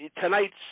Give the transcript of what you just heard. tonight's